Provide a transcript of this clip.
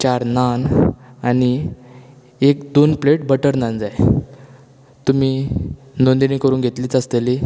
चार नान आनी एक दोन प्लेट बटर नान जाय तुमी नोंदनी करून घेतलीच आसतली